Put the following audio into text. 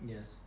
Yes